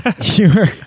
Sure